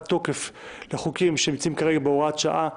תוקף לחוקים שנמצאים כרגע בהוראת שעה.